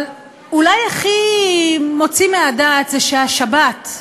אבל אולי הכי מוציא מהדעת זה שהשבת,